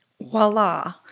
Voila